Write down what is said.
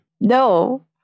No